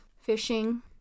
Fishing